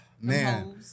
man